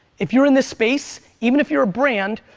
if you're in this space, even if you're a brand,